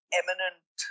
eminent